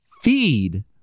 feed